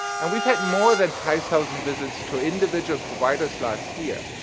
and we've had more than five thousand visits to individual providers last year.